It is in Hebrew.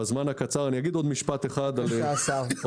אני עוד משפט אחד לסיכום.